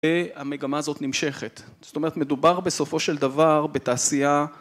והמגמה הזאת נמשכת, זאת אומרת, מדובר בסופו של דבר בתעשייה...